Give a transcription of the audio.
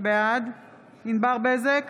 בעד ענבר בזק,